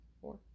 Four